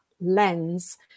lens